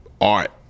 art